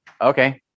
Okay